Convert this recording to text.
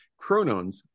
Chronons